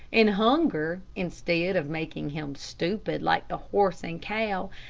and hunger, instead of making him stupid like the horse and cow,